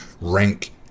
rank